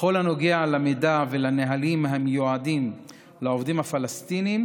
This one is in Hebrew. בכל הנוגע למידע ולנהלים המיועדים לעובדים הפלסטינים,